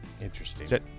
Interesting